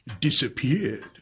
disappeared